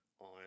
on